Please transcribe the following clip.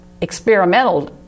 experimental